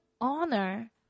honor